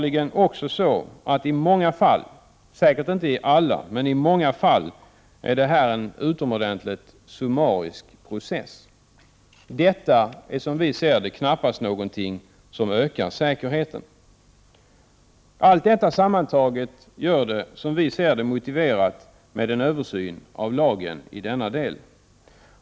I många fall — säkert inte i alla — är det uppenbarligen en utomordentligt summarisk process. Detta är, som vi ser det, knappast någonting som ökar säkerheten. Allt detta sammantaget gör det enligt vår mening motiverat med en översyn av lagen i denna del.